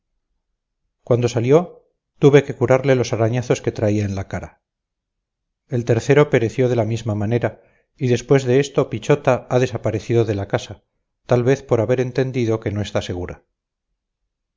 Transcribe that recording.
cuando salió tuve que curarle los arañazos que traía en la cara el tercero pereció de la misma manera y después de esto pichota ha desaparecido de la casa tal vez por haber entendido que no está segura